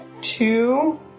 Two